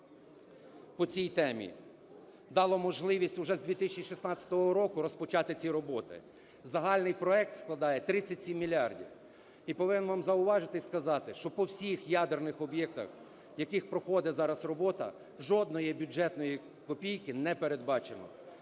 по цій темі дало можливість вже з 2016 року розпочати ці роботи. Загальний проект складає 37 мільярдів. І повинен вам зауважити і сказати, що по всіх ядерних об'єктах, в яких проходить зараз робота, жодної бюджетної копійки не передбачено.